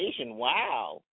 Wow